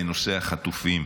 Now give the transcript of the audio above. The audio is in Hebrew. לנושא החטופים.